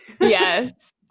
Yes